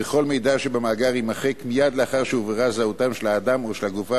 וכל מידע שבמאגר יימחק מייד לאחר שהובררה זהותם של האדם או של הגופה,